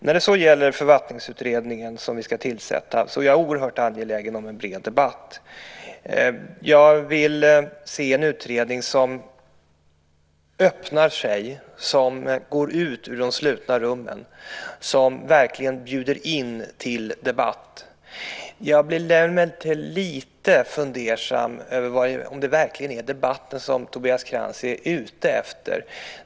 När det så gäller den författningsutredning som vi ska tillsätta är jag oerhört angelägen om en bred debatt. Jag vill se en utredning som öppnar sig, som går ut ur de slutna rummen och som verkligen bjuder in till debatt. Jag blev emellertid lite fundersam över om det verkligen är debatt som Tobias Krantz är ute efter.